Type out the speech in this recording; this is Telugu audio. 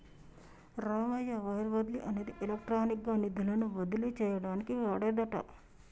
రామయ్య వైర్ బదిలీ అనేది ఎలక్ట్రానిక్ గా నిధులను బదిలీ చేయటానికి వాడేదట